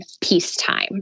peacetime